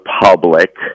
public